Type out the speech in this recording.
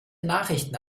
nachrichten